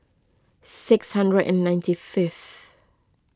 six hundred and ninety fifth